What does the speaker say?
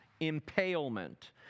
impalement